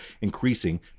increasing